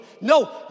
No